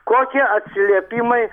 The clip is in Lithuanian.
kokie atsiliepimai